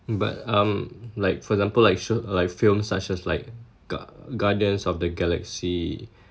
but um like for example like show like films such as like gua~ guardians of the galaxy